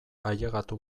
ailegatu